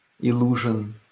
illusion